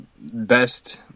best